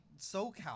socal